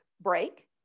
break